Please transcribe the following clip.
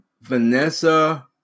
Vanessa